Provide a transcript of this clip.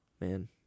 Man